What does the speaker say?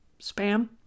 spam